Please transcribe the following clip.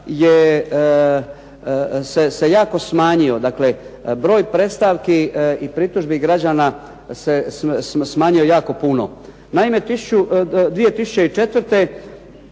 se jako smanjio. Dakle, broj predstavki i pritužbi građana se smanjujem jako puno. Naime, 2004.